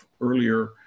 earlier